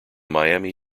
miami